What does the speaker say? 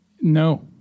No